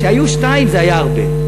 כשהיו שתיים זה היה הרבה.